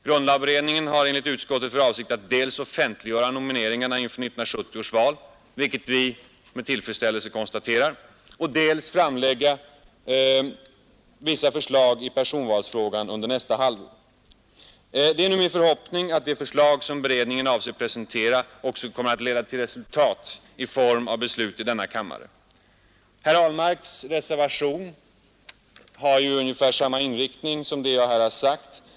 Grundlagberedningen har enligt utskottet för avsikt att dels offentliggöra nomineringarna inför 1970 års val, vilket vi med tillfredsställelse konstaterar, dels framlägga vissa förslag i personvalsfrågan under nästa halvår. Det är nu min förhoppning att de förslag som beredningen avser presentera också kommer att leda till resultat i form av beslut i denna kammare. Herr Ahlmarks reservation har ungefär samma inriktning som det jag här har sagt.